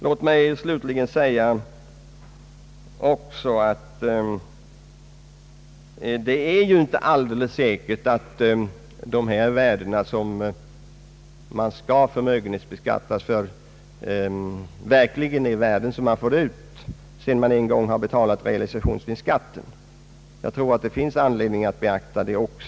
Låt mig slutligen säga att det inte är alldeles säkert att de värden som skall beskattas ur = förmögenhetssynpunkt verkligen är de värden som kan tas ut vid försäljningen sedan realisationsvinstskatten betalts. Jag anser att även detta förhållande bör beaktas.